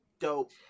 Dope